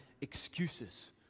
excuses